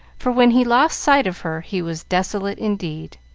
for, when he lost sight of her, he was desolate indeed.